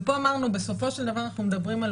ופה אמרנו שבסופו של דבר אנחנו מדברים על